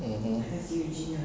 mm hmm